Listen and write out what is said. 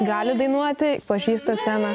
gali dainuoti pažįsta sceną